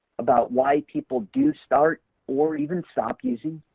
about why people do start, or even stop using,